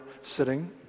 sitting